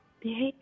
behavior